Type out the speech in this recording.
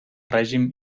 règim